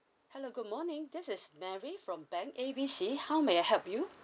hello good morning this is mary from bank A B C how may I help you